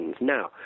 Now